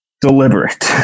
deliberate